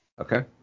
Okay